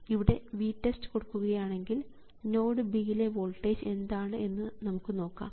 ഇവിടെ VTEST കൊടുക്കുകയാണെങ്കിൽ node B യിലെ വോൾട്ടേജ് എന്താണെന്ന് നമുക്ക് നോക്കാം